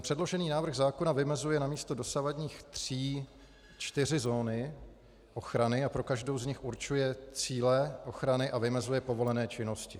Předložený návrh zákona vymezuje namísto dosavadních tří čtyři zóny ochrany a pro každou z nich určuje cíle ochrany a vymezuje povolené činnosti.